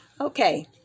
Okay